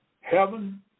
Heaven